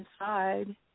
inside